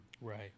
Right